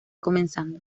comenzando